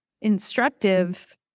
instructive